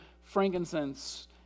frankincense